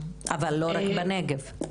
אבל לא רק בנגב.